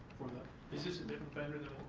for that. is this a different vendor than